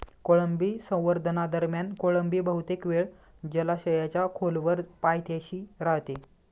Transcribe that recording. कोळंबी संवर्धनादरम्यान कोळंबी बहुतेक वेळ जलाशयाच्या खोलवर पायथ्याशी राहते